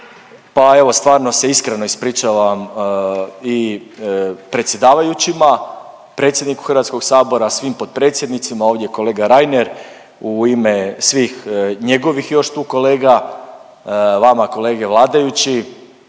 pa evo stvarno se iskreno ispričavam i predsjedavajućima, predsjedniku HS, svim potpredsjednicima, ovdje je kolega Reiner, u ime svih njegovih još tu kolega, vama kolege vladajući